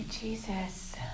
Jesus